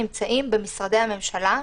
נמצאים במשרדי הממשלה.